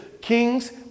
Kings